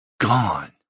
gone